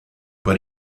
but